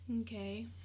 Okay